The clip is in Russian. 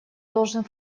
должен